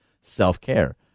self-care